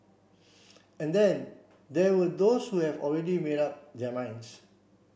and then there were those who have already made up their minds